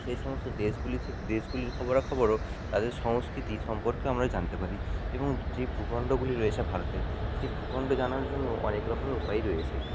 সেই সমস্ত দেশগুলি থেকে দেশগুলির খবরা খবরও তাদের সংস্কৃতি সম্পর্কেও আমরা জানতে পারি এবং যে ভূখণ্ডগুলি রয়েছে ভারতের সেই ভূখণ্ড জানার জন্য অনেক রকম উপায় রয়েছে